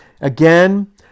again